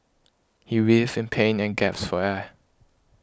he writhed in pain and gasped for air